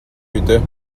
bitte